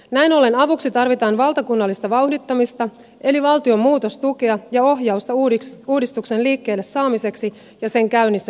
näin ollen avuksi tarvitaan valtakunnallista vauhdittamista eli valtion muutostukea ja ohjausta uudistuksen liikkeelle saamiseksi ja sen käynnissä pitämiseksi